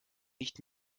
nicht